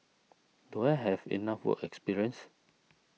do I have enough work experience